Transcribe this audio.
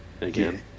again